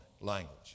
language